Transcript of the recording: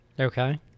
Okay